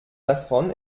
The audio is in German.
davon